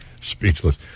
speechless